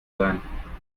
sein